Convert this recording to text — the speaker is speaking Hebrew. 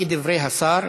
כדברי השר,